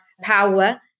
power